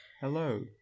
Hello